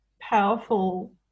powerful